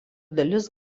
dalis